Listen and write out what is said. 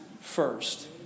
first